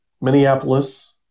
Minneapolis